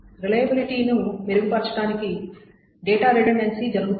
reliability ను మెరుగుపరచడానికి data redundancy జరుగుతుంది